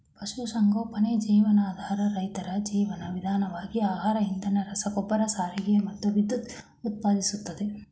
ಪಶುಸಂಗೋಪನೆ ಜೀವನಾಧಾರ ರೈತರ ಜೀವನ ವಿಧಾನವಾಗಿ ಆಹಾರ ಇಂಧನ ರಸಗೊಬ್ಬರ ಸಾರಿಗೆ ಮತ್ತು ವಿದ್ಯುತ್ ಉತ್ಪಾದಿಸ್ತದೆ